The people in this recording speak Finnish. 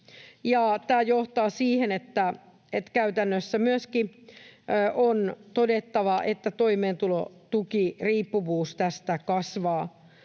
Tämä johtaa siihen, että käytännössä myöskin on todettava, että toimeentulotukiriippuvuus tästä kasvaa.